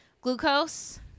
glucose –